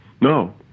No